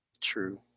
True